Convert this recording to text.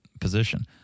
position